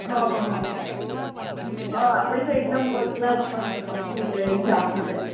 હા હા હા હા આપણે તો એકદમ ફર્સ્ટ ક્લાસ મસ્ત નીકળેલી છે આ વખતે